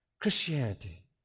Christianity